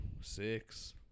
six